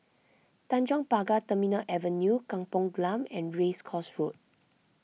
Tanjong Pagar Terminal Avenue Kampung Glam and Race Course Road